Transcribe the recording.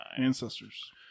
Ancestors